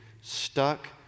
stuck